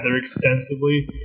extensively